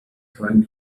trying